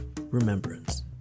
remembrance